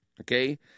Okay